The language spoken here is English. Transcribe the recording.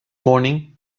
morning